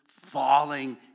falling